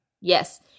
Yes